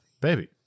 baby